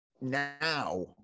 Now